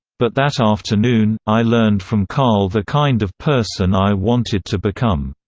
but that afternoon, i learned from carl the kind of person i wanted to become.